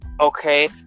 okay